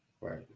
Right